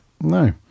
no